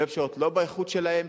לא יהיו פשרות לא באיכות שלהם,